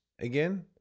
again